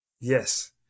Yes